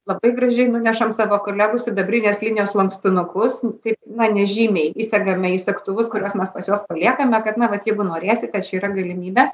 labai gražiai nunešam savo kolegų sidabrinės linijos lankstinukus taip na nežymiai įsegame į segtuvus kuriuos mes pas juos paliekame kad na vat jeigu norėsi kad čia yra galimybė